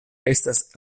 estas